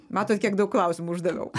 matot kiek daug klausimų uždaviau